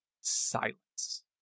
silence